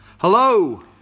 Hello